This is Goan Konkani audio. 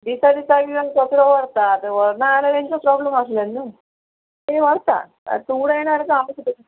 दिसा दिसा येवन कचरो व्हरता आतां व्हरना जाल्या तेंचो प्रोब्लेम आसलें न्हू तें व्हरता आं तूं उडयना जाल्या आमी कितें करपाचें